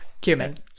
cumin